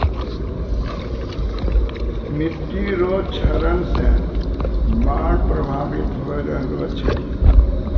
मिट्टी रो क्षरण से बाढ़ प्रभावित होय रहलो छै